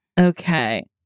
Okay